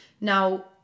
now